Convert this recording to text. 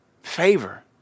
Favor